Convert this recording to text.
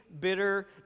bitter